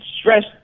stress